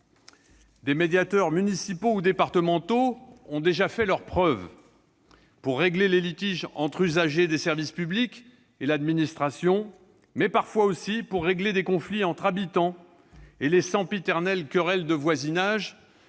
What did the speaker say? Des médiateurs municipaux ou départementaux ont déjà fait leurs preuves pour régler les litiges entre usagers des services publics et l'administration, mais parfois aussi pour régler des conflits entre habitants et les sempiternelles querelles de voisinage